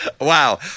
Wow